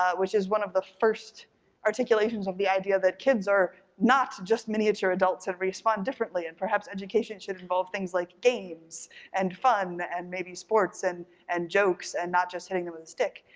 ah which is one of the first articulations of the idea that kids are not just miniature adults and respond differently, and perhaps education should involve things like games and fun and maybe sports and and jokes and not just hitting them with a stick.